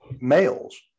males